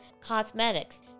cosmetics